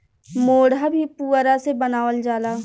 मोढ़ा भी पुअरा से बनावल जाला